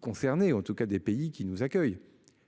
Concernés en tout cas des pays qui nous accueille.